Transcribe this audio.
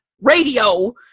Radio